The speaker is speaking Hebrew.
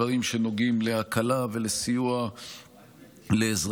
1. דברים שנוגעים להקלה ולסיוע לאזרחים,